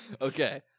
Okay